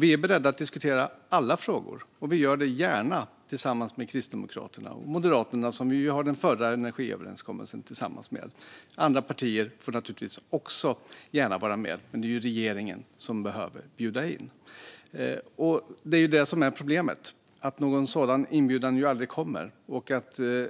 Vi är beredda att diskutera alla frågor, och vi gör det gärna tillsammans med Kristdemokraterna och Moderaterna, som vi ju hade den förra energiöverenskommelsen tillsammans med. Andra partier får naturligtvis också gärna vara med. Men det är ju regeringen som behöver bjuda in. Och problemet är att någon sådan inbjudan ju aldrig kommer.